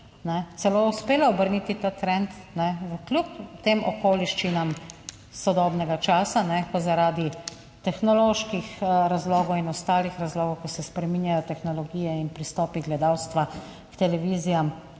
celo uspelo obrniti ta trend kljub tem okoliščinam sodobnega časa, ko zaradi tehnoloških razlogov in ostalih razlogov, ko se spreminjajo tehnologije in pristopi gledalstva k televizijam,